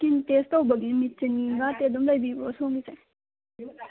skin test ꯇꯧꯕꯒꯤ ꯃꯦꯆꯤꯟꯒꯗꯤ ꯑꯗꯨꯝ ꯂꯩꯕꯤꯕ꯭ꯔꯣ ꯁꯣꯝꯒꯤꯁꯦ